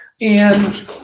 And-